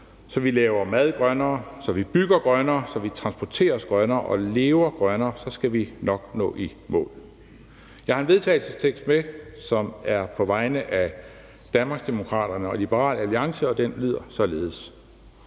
så vi laver mad grønnere, så vi bygger grønnere, så vi transporterer os grønnere og lever grønnere, skal vi nok nå i mål. Jeg har en vedtagelsestekst med, og jeg vil gerne på vegne af Danmarksdemokraterne og Liberal Alliance fremsætte følgende: